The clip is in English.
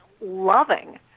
loving